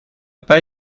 pas